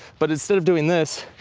but instead of doing this,